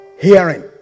hearing